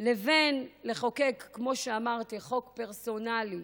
לבין לחוקק, כמו שאמרתי, חוק פרסונלי,